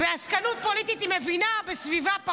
בעסקנות פוליטית היא מבינה, בסביבה,